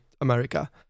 America